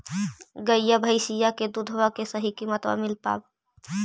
गईया भैसिया के दूधबा के सही किमतबा मिल पा?